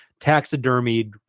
taxidermied